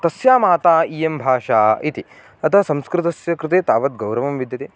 तस्या माता इयं भाषा इति अतः संस्कृतस्य कृते तावद् गौरवं विद्यते